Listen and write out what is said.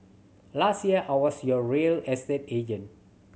last year I was your real estate agent